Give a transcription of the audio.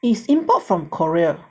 is import from korea